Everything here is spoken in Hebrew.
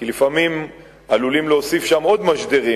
לפעמים עלולים להוסיף שם עוד משדרים,